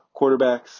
quarterbacks